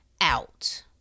out